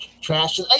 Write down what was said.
trash